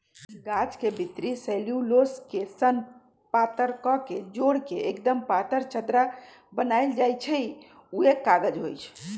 गाछ के भितरी सेल्यूलोस के सन पातर कके जोर के एक्दम पातर चदरा बनाएल जाइ छइ उहे कागज होइ छइ